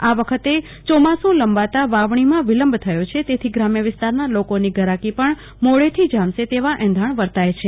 આ વખતે ચોમાસુ લંબાતા વાવણીમાં વિલંબ થયો છે તેથી ગ્રામ્ય વિસ્તારના લોકોની ઘરાકી પણ મોડેથી જામશે તેવાં એંધાણ વર્તાય છે